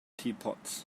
teapots